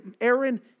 Aaron